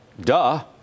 duh